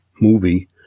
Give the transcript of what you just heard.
movie